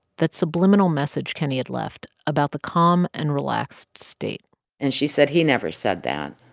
that subliminal message kenney had left about the calm and relaxed state and she said, he never said that.